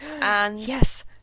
Yes